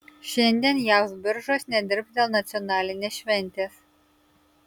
šiandien jav biržos nedirbs dėl nacionalinės šventės